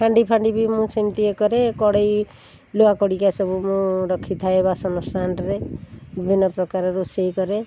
ହାଣ୍ଡିଫାଣ୍ଡି ବି ମୁଁ ସେମିତି ଇଏ କରେ କଡ଼େଇ ଲୁହାଖଡ଼ିକା ସବୁ ମୁଁ ରଖିଥାଏ ବାସନ ଷ୍ଟାଣ୍ଡରେ ବିଭିନ୍ନପ୍ରକାର ରୋଷେଇ କରେ